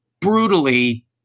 brutally